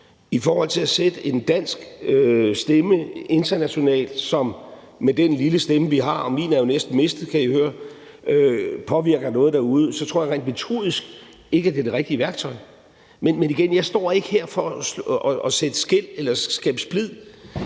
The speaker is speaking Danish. i forhold til at sætte en dansk stemme internationalt, som med den lille stemme, vi har, og min er jo næsten mistet, kan I høre, påvirker noget derude, ikke, at det er det rigtige værktøj. Men igen vil jeg sige, at jeg ikke står her for at sætte skel eller skabe splid.